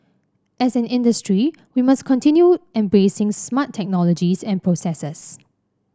as an industry we must continue embracing smart technologies and processes